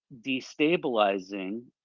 destabilizing